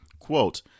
Quote